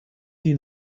die